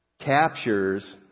captures